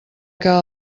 que